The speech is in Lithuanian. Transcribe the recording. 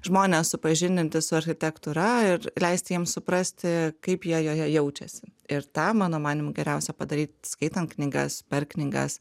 žmones supažindinti su architektūra ir leisti jiems suprasti kaip jie joje jaučiasi ir tą mano manymu geriausia padaryt skaitant knygas per knygas